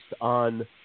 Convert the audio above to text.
on